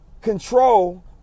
control